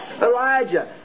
Elijah